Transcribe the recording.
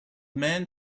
man